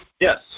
Yes